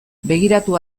begiratu